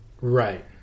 Right